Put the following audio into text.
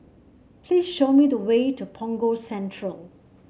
please show me the way to Punggol Central